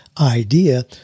idea